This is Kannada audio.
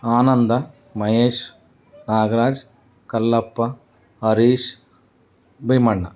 ಆನಂದ ಮಹೇಶ್ ನಾಗರಾಜ್ ಕಲ್ಲಪ್ಪ ಹರೀಶ್ ಭೀಮಣ್ಣ